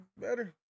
better